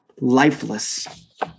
lifeless